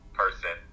person